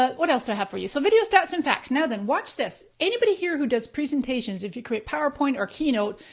ah what else do i have for you? so video stats and facts. now then, watch this. anybody here who does presentations, if you create powerpoint or key note,